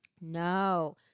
No